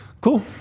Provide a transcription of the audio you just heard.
cool